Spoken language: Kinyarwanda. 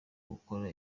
gukora